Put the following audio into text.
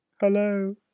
Hello